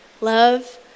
love